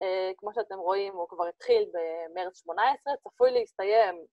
כמו שאתם רואים הוא כבר התחיל במרץ 18, צפוי להסתיים.